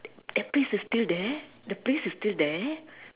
that place is still there the place is still there